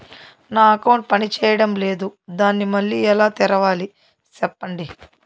నా అకౌంట్ పనిచేయడం లేదు, దాన్ని మళ్ళీ ఎలా తెరవాలి? సెప్పండి